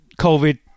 COVID